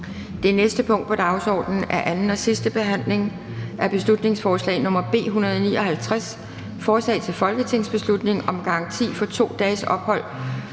Det næste punkt på dagsordenen er: 35) 2. (sidste) behandling af beslutningsforslag nr. B 251: Forslag til folketingsbeslutning om fjernelse af bistand